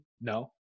No